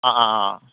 অঁ অঁ অঁ